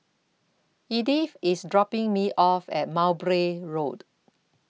Edyth IS dropping Me off At Mowbray Road